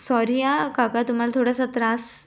sorry आ काका तुम्हाला थोडासा त्रास